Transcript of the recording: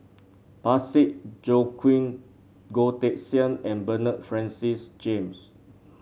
Parsick Joaquim Goh Teck Sian and Bernard Francis James